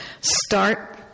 start